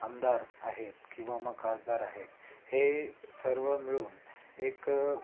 आमदार आहेत किंवा मग खासदार आहेत हे सर्व मिळून एक